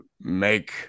make